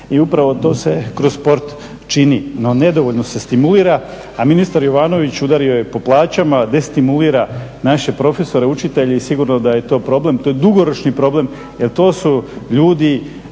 I upravo to se kroz sport čini. No, nedovoljno se stimulira. A ministar Jovanović udario je po plaćama, destimulira naše profesore, učitelje i sigurno da je to problem. To je dugoročni problem, jer to su ljudi